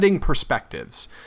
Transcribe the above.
perspectives